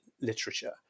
literature